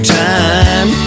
time